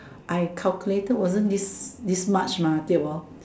I calculated wasn't this this much mah tio bo